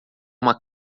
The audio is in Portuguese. uma